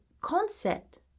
concept